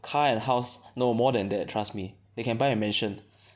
car and house no more than that trust me they can buy a mansion